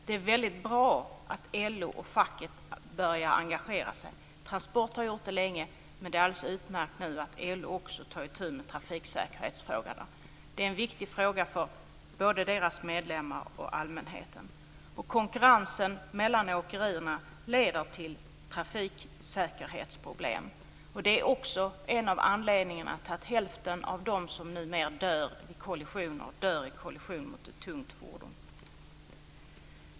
Det är väldigt bra att LO och facket har börjat engagera sig. Transport har gjort det länge, men det är alldeles utmärkt att LO nu också tar itu med trafiksäkerhetsfrågorna. Det är en viktig fråga både för deras medlemmar och för allmänheten. Konkurrensen mellan åkerierna leder till trafiksäkerhetsproblem, och det är också en av anledningarna till att hälften av dem som numera dör vid kollisioner gör det i kollision mot ett tungt fordon.